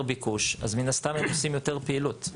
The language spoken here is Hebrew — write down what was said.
ביקוש, אז מן הסתם הם עושים יותר פעילות.